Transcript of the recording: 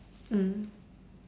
mm